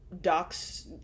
Doc's